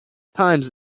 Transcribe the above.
times